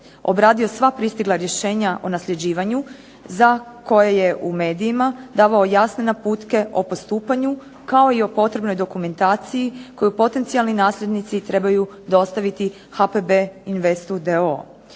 obradio sva pristigla rješenja o nasljeđivanju za koje je u medijima davao jasne naputke o postupanju kao i o potrebnoj dokumentaciji koji potencijalni nasljednici trebaju dostaviti HPB Invest